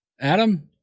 Adam